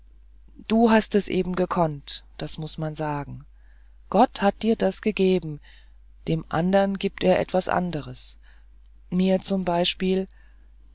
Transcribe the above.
du hast es eben gekonnt das muß man sagen gott hat dir das gegeben einem anderen giebt er etwas anderes mir zum beispiel